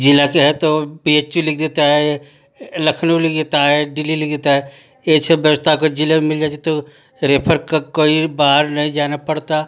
ज़िला के है तो बी एच यू लिख देता है लखनऊ लिख देता है दिल्ली लिख देता है ऐसे व्यवस्था अगर ज़िले मिल जाती तो रेफर का कोई बाहर नहीं जाना पड़ता